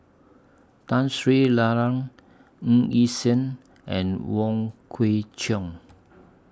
Tun Sri Lanang Ng Yi Sheng and Wong Kwei Cheong